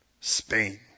Spain